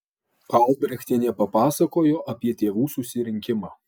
albrechtienė papasakojo apie tėvų susirinkimą